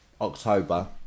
October